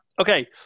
Okay